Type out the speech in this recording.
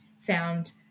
found